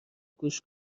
گوش